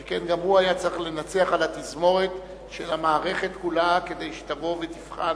שכן גם הוא היה צריך לנצח על התזמורת של המערכת כולה כדי שתבוא ותבחן